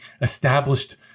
established